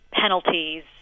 penalties